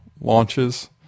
launches